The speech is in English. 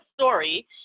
story